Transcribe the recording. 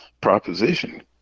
proposition